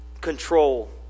control